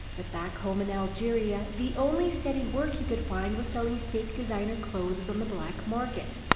but back home in algeria, the only steady work he could find was selling fake designer clothes on the black market.